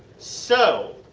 so,